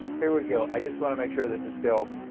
here we go. i just want to make sure this is still